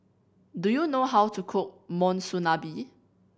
do you know how to cook Monsunabe